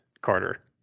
Carter